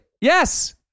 Yes